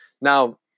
Now